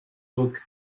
book